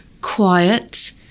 quiet